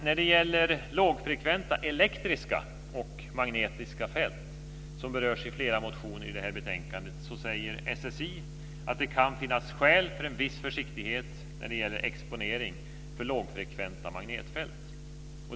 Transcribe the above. När det gäller lågfrekventa elektriska och magnetiska fält, som berörs i flera motioner i betänkandet, säger SSI att det kan finnas skäl för en viss försiktighet när det gäller exponering för dessa.